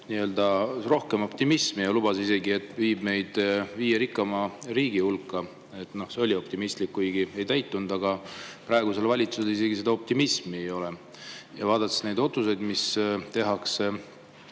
vähemalt rohkem optimismi ja ta isegi lubas, et viib meid viie rikkama riigi hulka. See oli optimistlik, aga ei täitunud. Praegusel valitsusel isegi seda optimismi ei ole. Ja vaadates neid otsuseid, mis tehakse